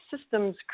systems